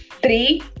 Three